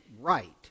right